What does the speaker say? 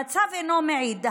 המצב אינו מעיד.